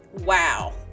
Wow